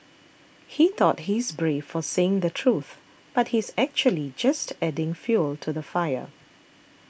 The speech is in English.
he thought he's brave for saying the truth but he's actually just adding fuel to the fire